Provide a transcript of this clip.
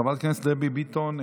חברת הכנסת דבי ביטון,